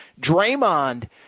Draymond